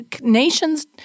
Nations